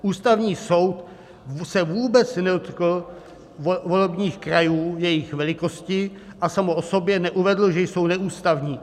Ústavní soud se vůbec nedotkl volebních krajů, jejich velikosti a sám o sobě neuvedl, že jsou neústavní.